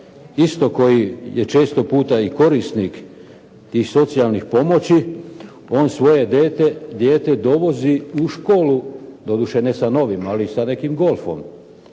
isto često puta i korisnik tih socijalnih pomoći, on svoje dijete dovozi u školu, doduše ne sa novim ali sa nekim Golfom.